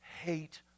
hate